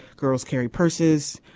girls carry purses.